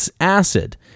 acid